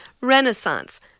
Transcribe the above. Renaissance